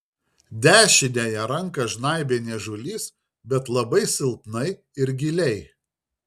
dešiniąją ranką žnaibė niežulys bet labai silpnai ir giliai